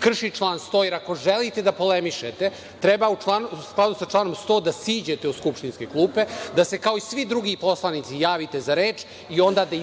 krši član 100, jer ako želite da polemišete, treba u skladu sa članom 100. da siđete u skupštinske klupe, da se kao i svi drugi poslanici javite za reč i onda da